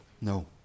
No